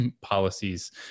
policies